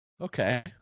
Okay